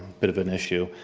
bit of an issue.